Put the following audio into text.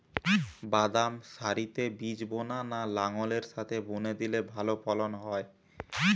বাদাম সারিতে বীজ বোনা না লাঙ্গলের সাথে বুনে দিলে ভালো ফলন হয়?